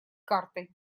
картой